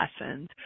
lessons